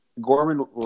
gorman